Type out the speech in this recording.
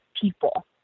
people